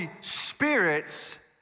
Spirit's